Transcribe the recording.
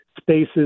spaces